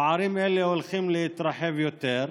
הפערים האלה הולכים להתרחב יותר,